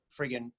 friggin